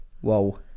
Whoa